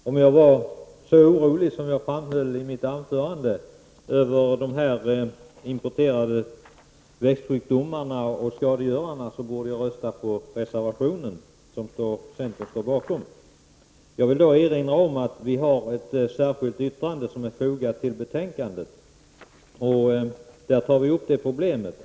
Herr talman! Lennart Brunander tyckte att om jag var så orolig som jag framhöll i mitt anförande med tanke på de här importerade växtsjukdomarna och skadegörarna, så borde jag rösta för reservationen som centern står bakom. Jag då vill erinra om att vi till betänkandet har fogat ett särskilt yttrande, där vi tar upp det problemet.